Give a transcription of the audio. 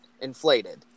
inflated